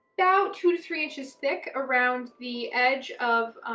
about two to three inches thick around the edge of,